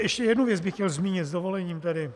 Ještě jednu věc bych chtěl zmínit, s dovolením tedy.